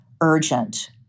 urgent